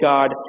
God